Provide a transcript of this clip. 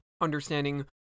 understanding